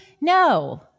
No